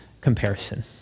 comparison